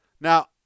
Now